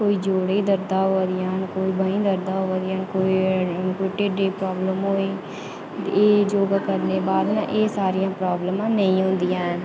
कोई जोड़ें च दर्दां होआ दियां न कोई बाहीं दर्दां होआ दियां न कोई ढिड्डै ई प्रॉब्लम होई ते एह् योगा करने दे बाद ना एह् प्रॉब्लमां नेईं होंदियां हैन